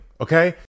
okay